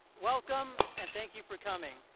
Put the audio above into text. welcome and thank you for coming.